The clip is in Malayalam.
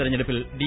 തെരഞ്ഞെടുപ്പിൽ ഡി